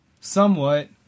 somewhat